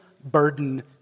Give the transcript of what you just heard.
burden